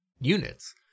units